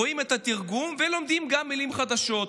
רואים את התרגום, ולומדים גם מילים חדשות.